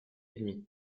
ennemies